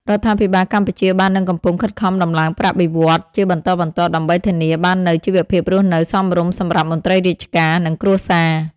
រដ្ឋាភិបាលកម្ពុជាបាននឹងកំពុងខិតខំដំឡើងប្រាក់បៀវត្សរ៍ជាបន្តបន្ទាប់ ដើម្បីធានាបាននូវជីវភាពរស់នៅសមរម្យសម្រាប់មន្ត្រីរាជការ និងគ្រួសារ។